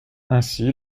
ainsi